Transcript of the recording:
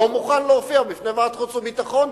לא מוכן להופיע בפני ועדת החוץ והביטחון.